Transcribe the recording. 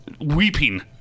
weeping